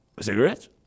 cigarettes